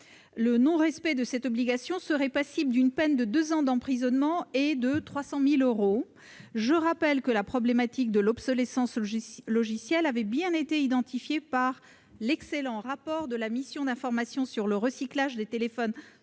Le non-respect de cette obligation serait passible d'une peine de deux ans d'emprisonnement et de 300 000 euros d'amende. Je vous rappelle, mes chers collègues, que la problématique de l'obsolescence logicielle avait bien été identifiée par l'excellent rapport de la mission d'information sur l'inventaire et le